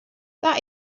that